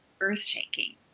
earth-shaking